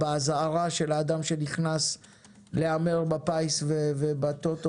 באזהרה של האדם שנכנס להמר בפיס ובטוטו,